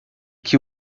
que